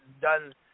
done